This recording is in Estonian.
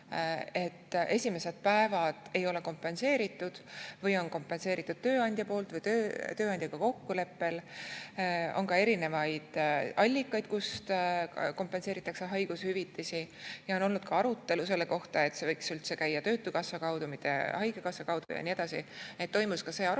esimesed päevad ei ole kompenseeritud või neid kompenseerib tööandja või tehakse seda tööandjaga kokkuleppel. On erinevaid allikaid, kust kompenseeritakse haigushüvitisi, ja on olnud ka arutelu selle kohta, et see võiks üldse käia töötukassa kaudu, mitte haigekassa kaudu ja nii edasi. Toimus ka see arutelu,